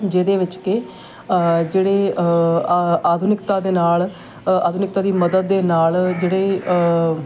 ਜਿਹਦੇ ਵਿੱਚ ਕਿ ਜਿਹੜੇ ਆਧੁਨਿਕਤਾ ਦੇ ਨਾਲ ਆਧੁਨਿਕਤਾ ਦੀ ਮਦਦ ਦੇ ਨਾਲ ਜਿਹੜੇ